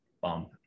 bump